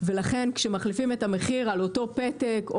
ולכן כשמחליפים את המחיר על אותו פתק,